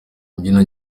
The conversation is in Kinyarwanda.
imbyino